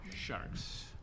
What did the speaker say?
sharks